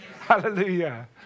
Hallelujah